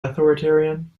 authoritarian